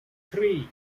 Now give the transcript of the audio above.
three